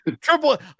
Triple